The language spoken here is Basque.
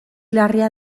larria